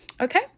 Okay